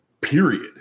period